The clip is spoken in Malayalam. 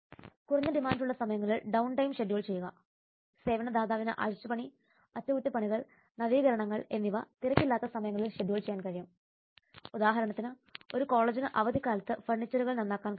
കുറഞ്ഞ ഡിമാൻഡുള്ള സമയങ്ങളിൽ ഡൌൺടൈം ഷെഡ്യൂൾ ചെയ്യുക സേവന ദാതാവിന് അഴിച്ചുപണി അറ്റകുറ്റപ്പണികൾ നവീകരണങ്ങൾ എന്നിവ തിരക്കില്ലാത്ത സമയങ്ങളിൽ ഷെഡ്യൂൾ ചെയ്യാൻ കഴിയും ഉദാഹരണത്തിന് ഒരു കോളേജിന് അവധിക്കാലത്ത് ഫർണിച്ചറുകൾ നന്നാക്കാൻ കഴിയും